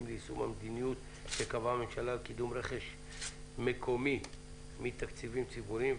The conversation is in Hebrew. ליישום המדיניות שקבעה הממשלה לקידום רכש מקומי מתקציבים ציבוריים,